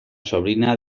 sobrina